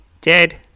dead